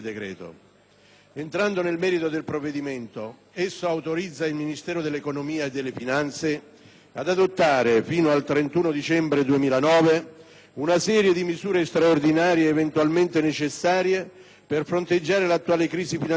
Entrando nel merito del provvedimento, esso autorizza il Ministero dell'economia e delle finanze ad adottare, fino al 31 dicembre 2009, una serie di misure straordinarie eventualmente necessarie per fronteggiare l'attuale crisi finanziaria,